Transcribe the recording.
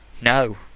No